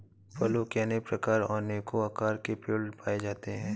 फलों के अनेक प्रकार और अनेको आकार के पेड़ पाए जाते है